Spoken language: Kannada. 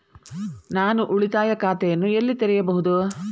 ನಾನು ಉಳಿತಾಯ ಖಾತೆಯನ್ನು ಎಲ್ಲಿ ತೆರೆಯಬಹುದು?